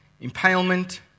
impalement